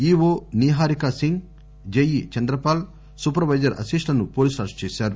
EO Niharika Singh JE Chandrapal supervisor అశీష్లను పోలీసుల అరెస్టు చేశారు